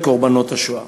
את קורבנות השואה.